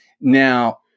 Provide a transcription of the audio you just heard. Now